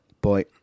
boy